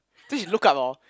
then she look up orh